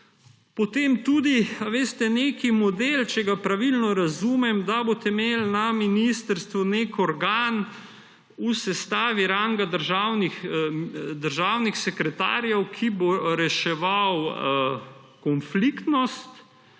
Potem tudi, veste, neki model, če ga pravilno razumem, da boste imeli na ministrstvu nek organ v sestavi ranga državnih sekretarjev, ki bo reševal konfliktnost,